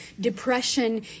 depression